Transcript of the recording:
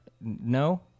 No